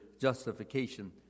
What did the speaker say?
justification